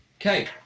okay